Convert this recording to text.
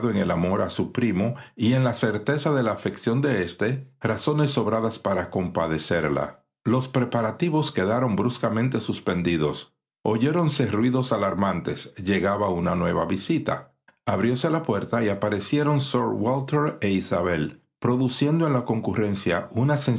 el amor a su primo y en la certeza de la afección de éste razones sobradas para compadecerla los preparativos quedaron bruscamente suspendidos oyéronse ruidos alarmantes llegaba una nueva visita abrióse la puerta y aparecieron sir walter e isabel produciendo en la concurrencia una